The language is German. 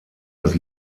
das